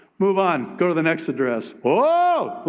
move on. go to the next address. whoa!